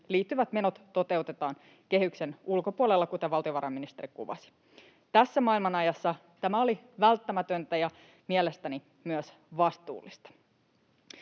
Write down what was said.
liittyvät menot toteutetaan kehyksen ulkopuolella, kuten valtiovarainministeri kuvasi. Tässä maailmanajassa tämä oli välttämätöntä ja mielestäni myös vastuullista.